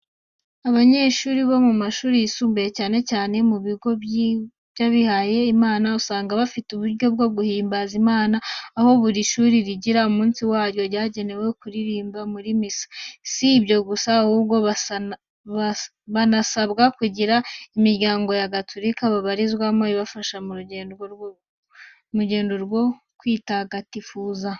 Abanyeshuri bo mu mashuri yisumbuye, cyane cyane mu bigo by’abihaye Imana, usanga bafite uburyo bwo guhimbaza Imana, aho buri shuri rigira umunsi waryo wagenwe wo kuririmba muri misa. Si ibyo gusa, ahubwo banasabwa kugira imiryango ya Gatulika babarizwamo, ibafasha mu rugendo rwo kwitagatifuza.